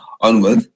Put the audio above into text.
onward